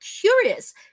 curious